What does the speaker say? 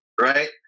right